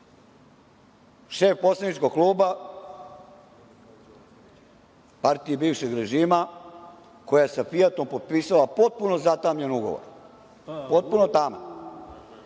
šef poslaničkog kluba, partije bivšeg režima, koji je sa „Fijatom“ potpisao potpuno zatamnjen ugovor, potpuno taman,